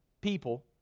people